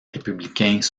républicains